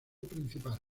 principal